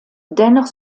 dennoch